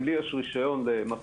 אם לי יש רשיון למשאית,